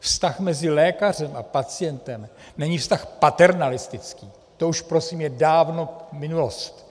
Vztah mezi lékařem a pacientem není vztah paternalistický, to už prosím je dávno minulost.